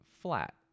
flat